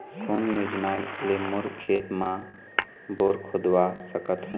कोन योजना ले मोर खेत मा बोर खुदवा सकथों?